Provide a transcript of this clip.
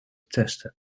testen